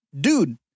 dude